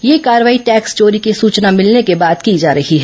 यह कार्रवाई टैक्स चोरी की सुचना मिलने के बाद की जा रही है